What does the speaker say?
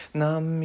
nam